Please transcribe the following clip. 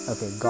Okay